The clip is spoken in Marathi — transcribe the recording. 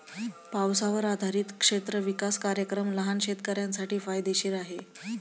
पावसावर आधारित क्षेत्र विकास कार्यक्रम लहान शेतकऱ्यांसाठी फायदेशीर आहे